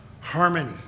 harmony